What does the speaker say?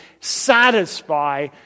satisfy